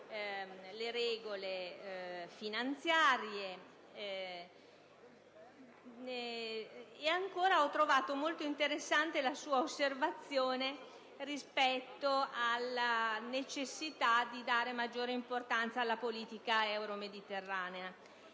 le regole finanziarie. Ho trovato molto interessante la sua osservazione in merito alla necessità di dare maggiore importanza alla politica euromediterranea.